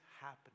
happening